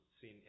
seen